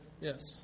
Yes